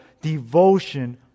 devotion